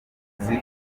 mashuri